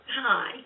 Hi